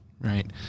right